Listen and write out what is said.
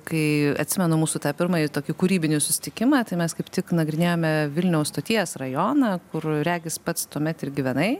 kai atsimenu mūsų tą pirmąjį tokį kūrybinį susitikimą tai mes kaip tik nagrinėjome vilniaus stoties rajoną kur regis pats tuomet ir gyvenai